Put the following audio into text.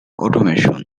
automation